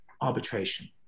arbitration